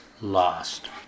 lost